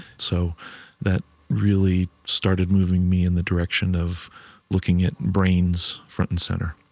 so that really started moving me in the direction of looking at brains front and center.